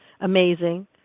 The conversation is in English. amazing